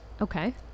Okay